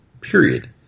period